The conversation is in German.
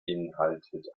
beinhaltet